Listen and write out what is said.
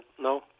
No